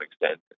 extent